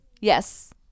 yes